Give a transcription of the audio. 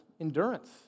endurance